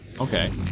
Okay